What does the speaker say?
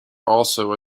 also